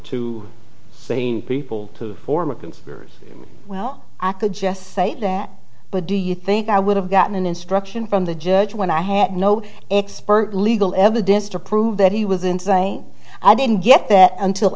two sane people to form a conspiracy well i could just say that but do you think i would have gotten an instruction from the judge when i had no expert legal evidence to prove that he was insane i didn't get that until